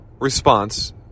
response